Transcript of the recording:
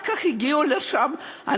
אני הייתי שם.